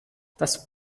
das